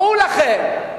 דעו לכם,